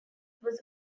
was